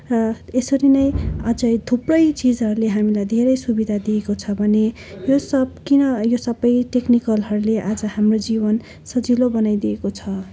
र यसरी नै अझै थुप्रै चिजहरूले हामीलाई धेरै सुविधा दिएको छ भने यो सब किन यो सबै टेक्निकलहरूले आज हाम्रो जीवन सजिलो बनाइदिएको छ